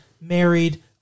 married